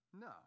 No